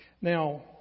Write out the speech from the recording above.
Now